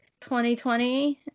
2020